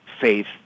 faith